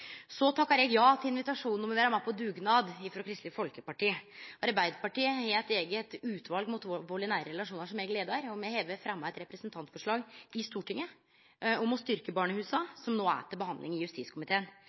Så takkar eg ja til invitasjonen frå Kristeleg Folkeparti om å vere med på dugnad. Arbeidarpartiet har eit eige utval mot vald i nære relasjonar, som eg leiar. Me har fremja eit representantforslag i Stortinget om å styrkje barnehusa, som no er til behandling i justiskomiteen.